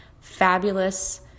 fabulous